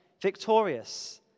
victorious